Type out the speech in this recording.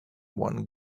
one